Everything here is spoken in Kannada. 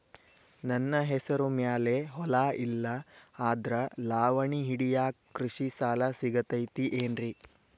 ನನ್ನ ಹೆಸರು ಮ್ಯಾಲೆ ಹೊಲಾ ಇಲ್ಲ ಆದ್ರ ಲಾವಣಿ ಹಿಡಿಯಾಕ್ ಕೃಷಿ ಸಾಲಾ ಸಿಗತೈತಿ ಏನ್ರಿ?